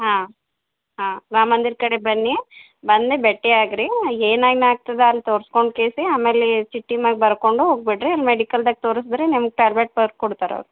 ಹಾಂ ಹಾಂ ರಾಮ ಮಂದಿರ ಕಡೆ ಬನ್ನಿ ಬಂದು ಭೇಟಿ ಆಗಿ ರೀ ಏನೇನ್ ಆಗ್ತದೆ ಅಂತ ತೋರ್ಸ್ಕೊಂಡು ಕೇಳಿಸಿ ಆಮೇಲೆ ಚೀಟಿ ಮ್ಯಾಲ್ ಬರ್ಕೊಂಡು ಹೋಗಿಬಿಡ್ರಿ ಮೆಡಿಕಲ್ದಾಗ ತೋರ್ಸಿದ್ರೆ ನಿಮ್ಗೆ ಟ್ಯಾಬ್ಲೆಟ್ ತರ್ಸಿ ಕೊಡ್ತರೆ ಅವ್ರು